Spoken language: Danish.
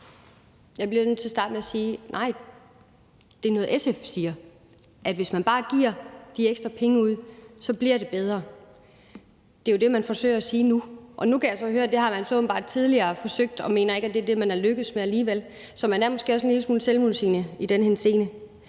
Jeg bliver nødt til at starte med at sige, at nej, det er noget, SF siger: at hvis man bare giver de ekstra penge ud, bliver det bedre. Det er jo det, man forsøger at sige nu. Og nu kan jeg så høre, at det har man åbenbart tidligere forsøgt, og man mener ikke, at det er det, man er lykkedes med alligevel, så man er måske også en lille smule selvmodsigende i den henseende.